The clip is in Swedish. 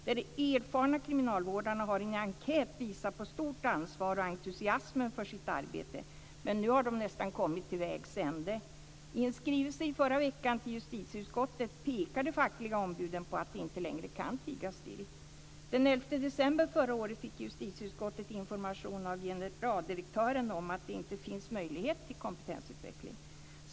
De erfarna kriminalvårdarna har i en enkät visat på stort ansvar och entusiasm för sitt arbete. Men nu har de nästan kommit till vägs ände. I en skrivelse i förra veckan till justitieutskottet pekade de fackliga ombuden på att de inte längre kan tiga still. Den 11 december förra året fick justitieutskottet information av generaldirektören om att det inte finns möjlighet till kompetensutveckling.